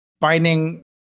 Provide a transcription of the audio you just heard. finding